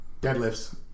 Deadlifts